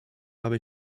habe